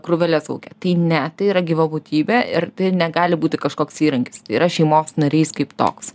krūveles lauke tai ne tai yra gyva būtybė ir tai negali būti kažkoks įrankis tai yra šeimos narys kaip toks